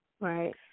Right